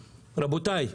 רבותי,